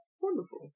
Wonderful